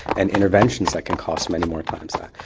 and interventions that can cost many more times that.